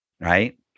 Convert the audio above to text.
right